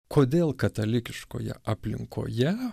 kodėl katalikiškoje aplinkoje